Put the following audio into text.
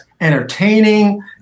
entertaining